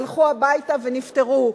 הלכו הביתה ונפטרו.